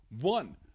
One